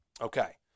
Okay